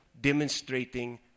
demonstrating